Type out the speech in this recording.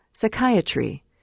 Psychiatry